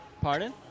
pardon